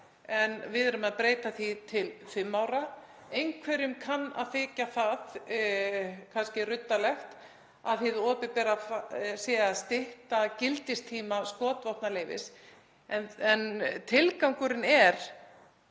en við erum með að breyta því til fimm ára. Einhverjum kann kannski að þykja það ruddalegt að hið opinbera sé að stytta gildistíma skotvopnaleyfis en tilgangurinn er